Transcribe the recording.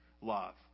love